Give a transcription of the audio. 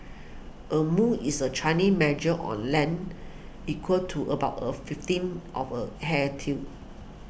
a mu is a measure or land equal to about a fifteenth of a hair till